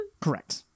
Correct